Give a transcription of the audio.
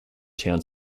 town